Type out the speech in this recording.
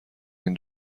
این